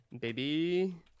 baby